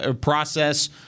process